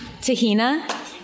Tahina